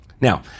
Now